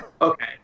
Okay